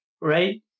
right